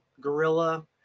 gorilla